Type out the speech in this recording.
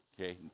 okay